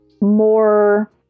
more